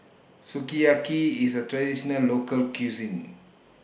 Sukiyaki IS A Traditional Local Cuisine